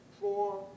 four